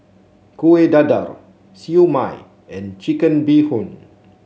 Kuih Dadar Siew Mai and Chicken Bee Hoon